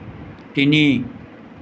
তিনি